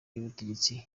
y’ubutegetsi